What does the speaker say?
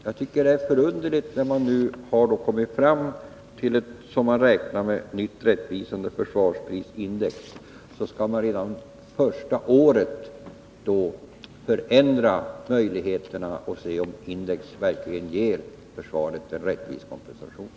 Jag tycker det är förunderligt att — sedan man kommit fram till ett nytt och, som man räknar med, rättvisande försvarsprisindex — man redan första året skall förändra möjligheterna och se om index verkligen ger försvaret en rättvis kompensation.